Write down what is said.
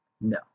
No